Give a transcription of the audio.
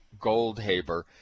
Goldhaber